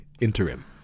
interim